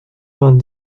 vingt